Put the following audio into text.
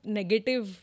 negative